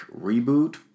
reboot